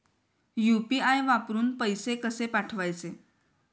UPI वरून पैसे कसे पाठवायचे?